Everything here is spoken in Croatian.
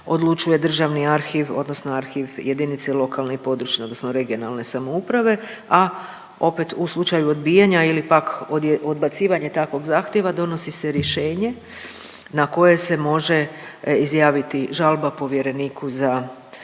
odlučuje državni arhiv odnosno arhiv JLPRS, a opet u slučaju odbijanja ili pak odbacivanja takvog zahtjeva donosi se rješenje na koje se može izjaviti žalba povjereniku za,